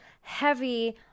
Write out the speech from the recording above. heavy